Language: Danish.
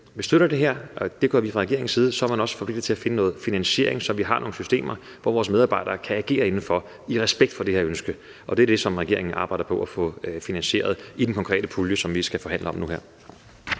man støtter det her, og det gør vi fra regeringens side, så er man også forpligtet til at finde noget finansiering, så vi har nogle systemer, vores medarbejdere kan agere inden for, i respekt for det her ønske. Det er det, som regeringen arbejder på at få finansieret i den konkrete pulje, som vi skal forhandle om nu her.